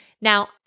Now